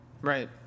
Right